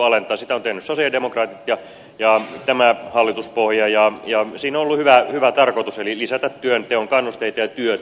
sitä ovat tehneet sosialidemokraatit ja tämä hallituspohja ja siinä on ollut hyvä tarkoitus eli lisätä työnteon kannusteitatyöt